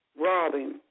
robbing